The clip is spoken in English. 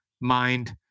mind